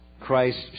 Christ